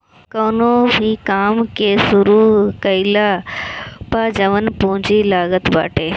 कवनो भो काम के शुरू कईला पअ जवन पूंजी लागत बाटे